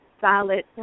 solid